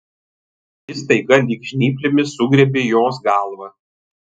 jis staiga lyg žnyplėmis sugriebė jos galvą